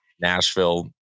Nashville